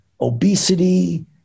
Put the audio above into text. obesity